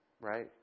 right